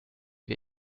wir